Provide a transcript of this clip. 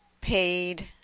paid